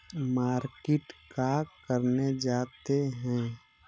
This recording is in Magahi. मार्किट का करने जाते हैं?